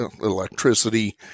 electricity